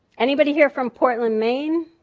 anybody here from portland, maine?